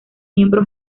miembro